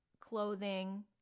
clothing